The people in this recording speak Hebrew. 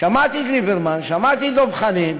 שמעתי את ליברמן, שמעתי את דב חנין,